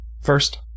first